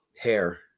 hair